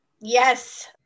Yes